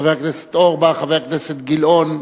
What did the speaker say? חבר הכנסת אורבך, חבר הכנסת גילאון,